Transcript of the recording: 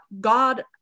God